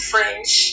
French